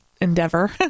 endeavor